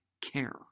care